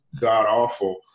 god-awful